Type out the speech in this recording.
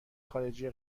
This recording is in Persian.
خارجی